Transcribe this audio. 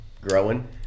growing